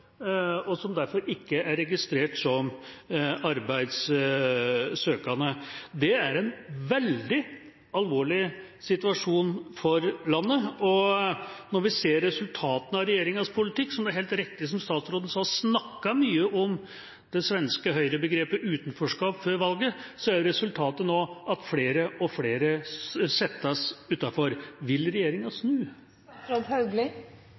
og som derfor ikke er registrert som arbeidssøkende. Det er en veldig alvorlig situasjon for landet. Nå ser vi resultatene av regjeringas politikk. Statsråden sa helt riktig at den snakket mye om det svenske høyrebegrepet «utenforskap» før valget, men resultatet er nå at flere og flere settes utenfor. Vil regjeringa